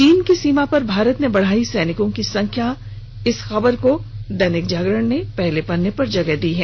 चीन की सीमा पर भारत ने बढ़ाई सैनिकों की संख्या की खबर को दैनिक जागरण ने पहले पन्ने पर प्रकाशित किया है